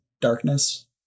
darkness